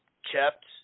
Kept